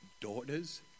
daughters